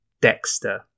Dexter